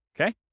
okay